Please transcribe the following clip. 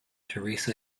teresa